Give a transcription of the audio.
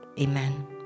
Amen